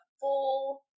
full